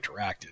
interacted